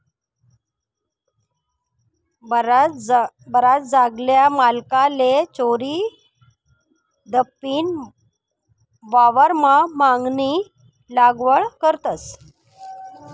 बराच जागल्या मालकले चोरीदपीन वावरमा भांगनी लागवड करतस